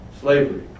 slavery